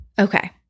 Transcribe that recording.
Okay